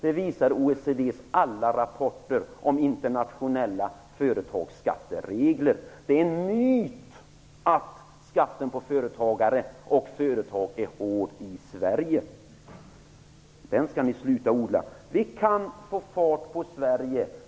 Det visar OECD:s alla rapporter om internationella företagsskatteregler. Det är en myt att skatten på företagare och företag är hård i Sverige. Den myten skall ni sluta odla. Vi kan få fart på Sverige.